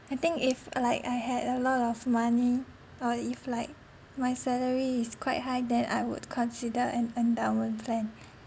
I think if uh like I had a lot of money or if like my salary is quite high then I would consider an endowment plan